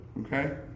Okay